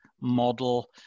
model